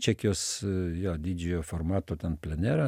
čekijos jo didžiojo formato ten plenerą